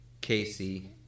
Casey